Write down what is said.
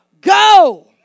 Go